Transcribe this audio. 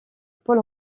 paul